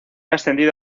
ascendido